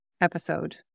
episode